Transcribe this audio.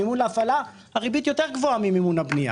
מימון להפעלה הריבית יותר גבוהה ממימון הבנייה,